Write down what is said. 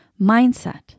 mindset